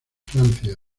francia